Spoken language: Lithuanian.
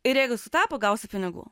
ir jeigu sutapo gausi pinigų